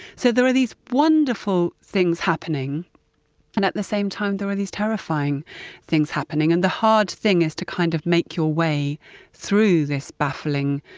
so, there are these wonderful things happening and at the same time there are these terrifying things happening. and the hard thing is to kind of make your way through this baffling,